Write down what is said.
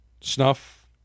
snuff